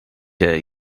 dare